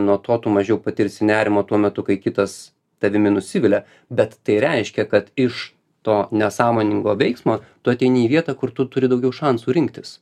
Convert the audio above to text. nuo to tu mažiau patirsi nerimo tuo metu kai kitas tavimi nusivilia bet tai reiškia kad iš to nesąmoningo veiksmo tu ateini į vietą kur tu turi daugiau šansų rinktis